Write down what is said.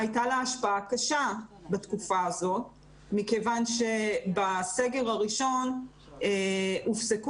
הייתה לה השפעה קשה בתקופה הזו מכיוון שבסגר הראשון הופסקו